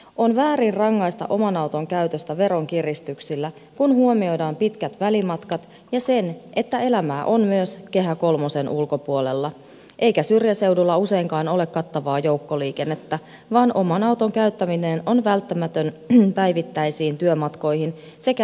on väärin rangaista oman auton käytöstä veronkiristyksillä kun huomioidaan pitkät välimatkat ja se että elämää on myös kehä kolmosen ulkopuolella eikä syrjäseuduilla useinkaan ole kattavaa joukkoliikennettä vaan oman auton käyttäminen on välttämätön päivittäisiin työmatkoihin sekä liikkumiseen vapaa ajalla